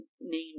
name